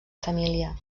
família